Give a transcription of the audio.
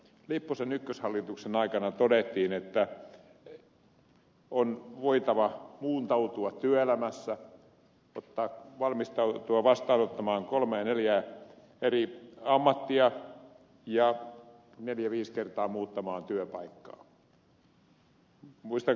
lipposen ykköshallituksen aikana todettiin että on voitava muuntautua työelämässä valmistautua vastaanottamaan kolme neljä eri ammattia ja neljä viisi kertaa muuttamaan työpaikkaa